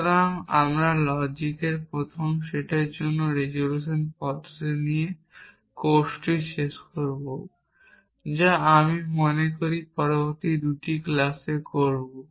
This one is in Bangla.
সুতরাং আমরা লজিকের প্রথম সেটের জন্য রেজোলিউশন পদ্ধতি দিয়ে কোর্সটি শেষ করব যা আমি মনে করি পরবর্তী দুটি ক্লাসে করব